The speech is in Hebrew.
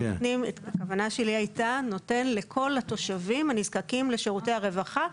הכוונה שלי הייתה נותן לכל התושבים הנזקקים לשירותי הרווחה.